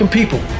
people